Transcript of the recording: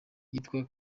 yitwa